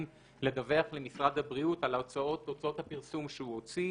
לדווח למשרד הבריאות על הוצאות הפרסום שהוא הוציא.